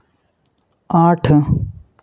आठ